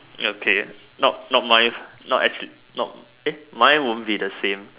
okay not not mine no actually not eh mine won't be the same